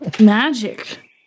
Magic